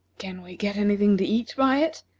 can we get any thing to eat by it?